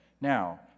now